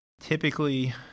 typically